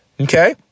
okay